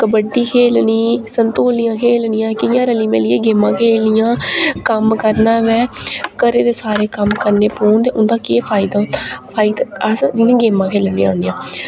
कबड्डी खेढनी संतोलियां खेढनी कि'यां रली निलियै गेमां खेढनियां कम्म करना में घरै दे सारे कम्म करने पौन उं'दा केह् फायदा अस जि'यां गेमां खेढने होने